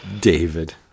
David